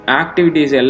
activities